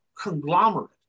conglomerate